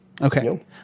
Okay